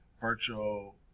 Virtual